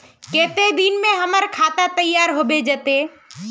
केते दिन में हमर खाता तैयार होबे जते?